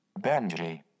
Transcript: Benji